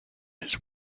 his